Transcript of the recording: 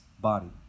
body